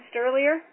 earlier